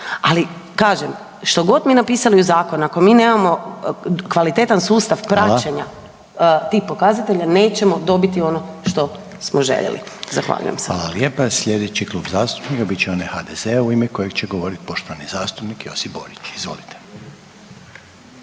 Ali kažem, što god mi napisali u zakonu, ako mi nemamo kvalitetan sustav praćenja tih pokazatelja nećemo dobiti ono što smo željeli. Zahvaljujem se. **Reiner, Željko (HDZ)** Hvala lijepa. Slijedeći Klub zastupnika bit će onaj HDZ-a u ime kojeg će govorit poštovani zastupnik Josip Borić, izvolite.